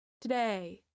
Today